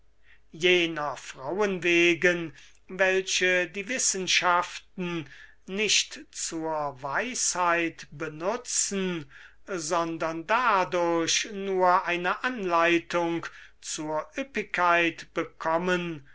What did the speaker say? jener frauen wegen welche die wissenschaften nicht zur weisheit benutzen sondern dadurch eine anleitung zur ueppigkeit bekommen